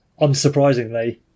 unsurprisingly